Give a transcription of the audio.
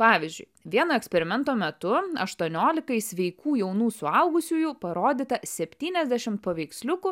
pavyzdžiui vieno eksperimento metu aštuoniolikai sveikų jaunų suaugusiųjų parodyta septyniasdešimt paveiksliukų